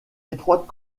étroite